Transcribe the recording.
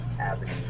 avenue